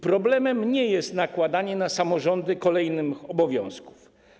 Problemem nie jest nakładanie na samorządy kolejnych obowiązków.